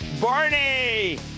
Barney